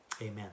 Amen